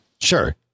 Sure